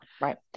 right